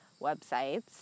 websites